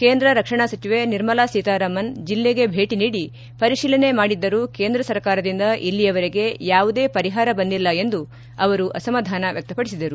ಕೇಂದ್ರ ರಕ್ಷಣಾ ಸಚಿವೆ ನಿರ್ಮಲಾ ಸೀತಾರಾಮನ್ ಜಿಲ್ಲೆಗೆ ಭೇಟಿ ನೀಡಿ ಪರಿಶೀಲನೆ ಮಾಡಿದ್ದರೂ ಕೇಂದ್ರ ಸರ್ಕಾರದಿಂದ ಇಲ್ಲಿಯವರೆಗೆ ಯಾವುದೇ ಪರಿಹಾರ ಬಂದಿಲ್ಲ ಎಂದು ಅವರು ಅಸಮಾಧಾನ ವ್ಯಕ್ತಪದಿಸಿದರು